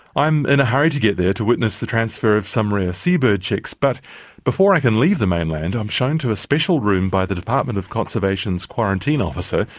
i'm in a hurry to get there to witness the transfer of some rare sea-bird chicks, but before i can leave the mainland i'm shown to a special room by the department of conservation's quarantine officer,